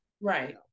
right